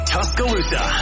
Tuscaloosa